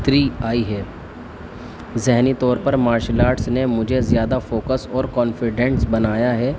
three آئی ہے ذہنی طور پر مارشل آرٹس نے مجھے زیادہ فوکس اور کانفیڈینٹس بنایا ہے